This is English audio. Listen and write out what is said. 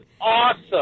awesome